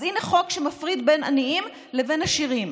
אז הינה חוק שמפריד בין עניים לבין עשירים.